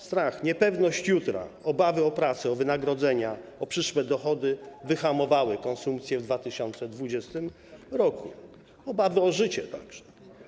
Strach, niepewność jutra, obawy o pracę, o wynagrodzenia, o przyszłe dochody wyhamowały konsumpcję w 2020 r., obawy o życie także.